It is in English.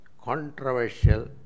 controversial